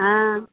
हाँ